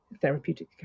therapeutic